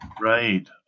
Right